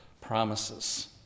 promises